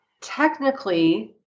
technically